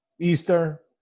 Easter